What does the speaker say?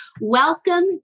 Welcome